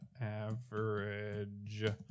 average